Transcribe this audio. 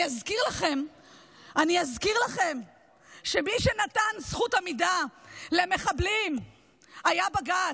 אני אזכיר לכם שמי שנתן זכות עמידה למחבלים היה בג"ץ,